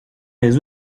les